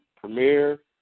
premiere